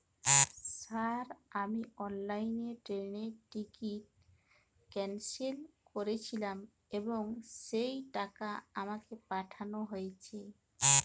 Sir আমি অনলাইনে ট্রেনের টিকিট ক্যানসেল করেছিলাম এবং সেই টাকা আমাকে পাঠানো হয়েছে?